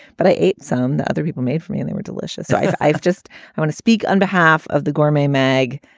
but i ate some the other people made for me and they were delicious so i've i've just i wanna speak on behalf of the gourmet mag,